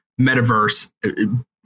metaverse